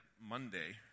Monday